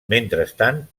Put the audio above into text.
mentrestant